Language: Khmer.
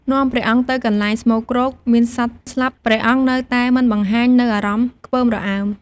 នាំព្រះអង្គទៅកន្លែងស្មោកគ្រោក មានសត្វស្លាប់ ព្រះអង្គនៅតែមិនបង្ហាញនូវអារម្មណ៍ខ្ពើមរអើម។